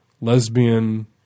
lesbian